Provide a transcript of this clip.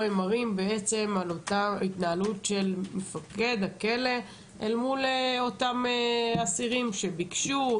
הם מראים את ההתנהלות של מפקד הכלא אל מול אותם אסירים שביקשו,